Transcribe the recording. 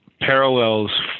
parallels